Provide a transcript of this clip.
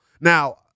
Now